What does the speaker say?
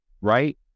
right